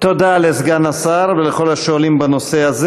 תודה לסגן השר ולכל השואלים בנושא הזה.